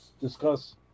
discuss